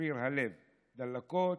שריר הלב, דלקות,